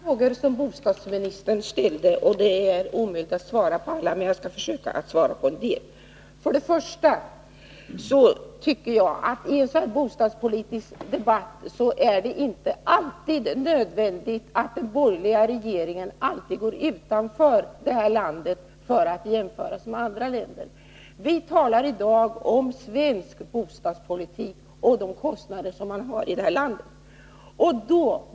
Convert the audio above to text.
Herr talman! Bostadsministern ställde många frågor, och det är omöjligt att svara på alla. Men jag skall försöka att svara på en del. Först och främst tycker jag att det i en sådan här bostadspolitisk debatt inte alltid är nödvändigt att den borgerliga regeringen går utanför detta lands gränser för att jämföra sig med andra länder. Vi talar i dag om svensk bostadspolitik och de kostnader vi har i detta land.